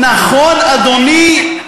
נכון, אדוני?